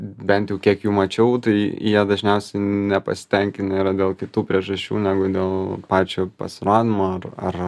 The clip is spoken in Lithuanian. bent jau kiek jų mačiau tai jie dažniausiai nepasitenkinę yra dėl kitų priežasčių negu dėl pačio pasirodymo ar